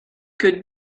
que